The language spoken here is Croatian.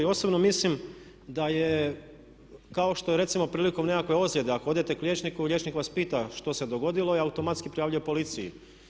Osobno mislim da je kao što je recimo prilikom nekakav ozljede ako odete k liječniku, liječnik vas pita što se dogodilo i automatski prijavljuje policiji.